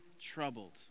troubled